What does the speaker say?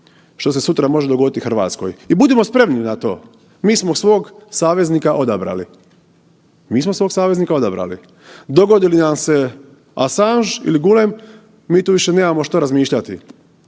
što se sutra može dogoditi i Hrvatskoj. I budimo spremni na to, mi smo svog saveznika odabrali. Mi smo svog saveznika odabrali. Dogodi li nam se Assange ili Gülen, mi tu više nemamo što razmišljati.